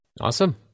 Awesome